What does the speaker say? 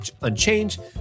unchanged